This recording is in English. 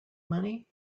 money